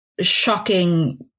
shocking